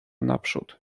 naprzód